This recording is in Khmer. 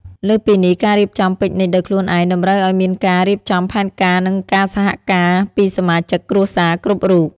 លើសពីនេះ ការរៀបចំពិកនិចដោយខ្លួនឯងតម្រូវឲ្យមានការរៀបចំផែនការនិងការសហការពីសមាជិកគ្រួសារគ្រប់រូប។